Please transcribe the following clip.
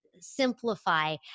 simplify